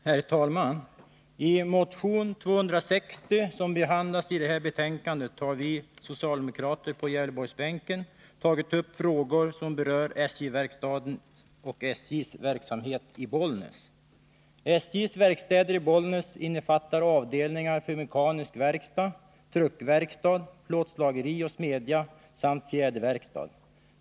Herr talman! I motion 260, som behandlas i trafikutskottets betänkande, har vi socialdemokrater på Gävleborgsbänken tagit upp frågor som berör SJ-verkstaden och SJ:s verksamhet i Bollnäs. truckverkstad, plåtslageri och smedja samt fjäderverkstad.